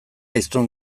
hiztun